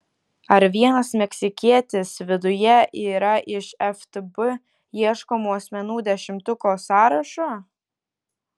ar vienas meksikietis viduje yra iš ftb ieškomų asmenų dešimtuko sąrašo